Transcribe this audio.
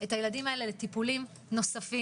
את הילדים האלה לטיפולים נוספים,